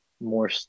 more